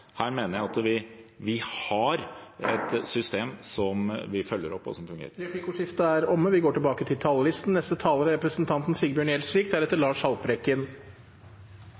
Jeg mener at vi har et system som vi følger opp, og som fungerer. Replikkordskiftet er omme. De talere som heretter får ordet, har en taletid på inntil 3 minutter. Det er